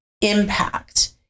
impact